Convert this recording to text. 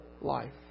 life